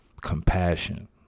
compassion